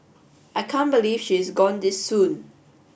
I can't believe she is gone this soon